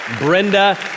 Brenda